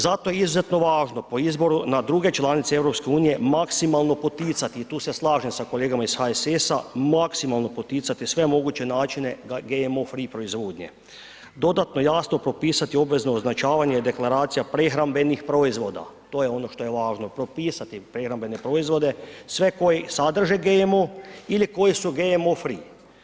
Zato je izuzetno važno po izboru na druge članice EU maksimalno poticati i tu se slažem s kolegama iz HSS-a, maksimalno poticati sve moguće načine GMO free proizvodnje, dodatno jasno propisati obvezno označavanje deklaracija prehrambenih proizvoda, to je ono što je važno, propisati prehrambene proizvode, sve koji sadrže GMO ili koji su GMO free.